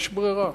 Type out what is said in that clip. יש ברירה,